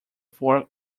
four